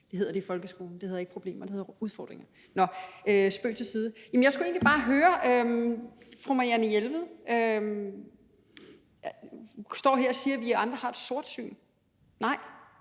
Det hedder det i folkeskolen. Det hedder ikke problemer, det hedder udfordringer. Nå, spøg til side. Jeg skulle egentlig bare høre fru Marianne Jelved om noget. Ordføreren står her og siger, at vi andre har et sortsyn. Nej,